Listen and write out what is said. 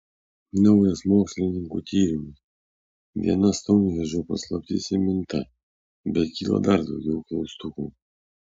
naujas mokslininkų tyrimas viena stounhendžo paslaptis įminta bet kyla dar daugiau klaustukų